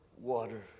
water